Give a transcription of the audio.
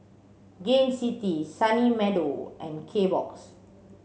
Gain City Sunny Meadow and Kbox